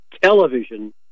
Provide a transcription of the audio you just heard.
Television